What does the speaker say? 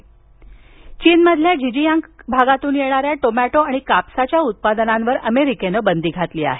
चिन उत्पादने चीनमधील झिंजियांग भागातून येणाऱ्या टोमॅटो आणि कापसाच्या उत्पादनांवर अमेरिकेनं बंदी घातली आहे